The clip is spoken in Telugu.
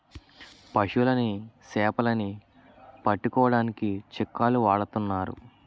పశువులని సేపలని పట్టుకోడానికి చిక్కాలు వాడతన్నారు